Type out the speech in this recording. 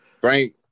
Frank